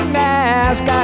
mask